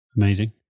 Amazing